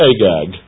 Agag